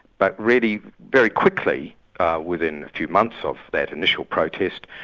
but really very quickly within a few months of that initial protest,